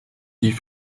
die